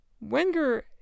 Wenger